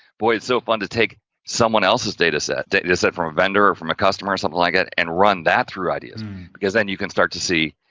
boy, it's so fun to take someone else's data set, data set from a vendor or from a customer something like it and run that through ideas because then, you can start to see,